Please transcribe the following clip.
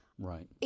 Right